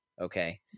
Okay